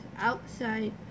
outside